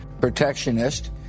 protectionist